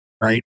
Right